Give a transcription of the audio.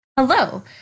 Hello